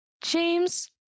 James